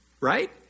right